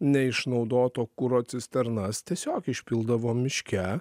neišnaudoto kuro cisternas tiesiog išpildavo miške